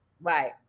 right